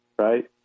right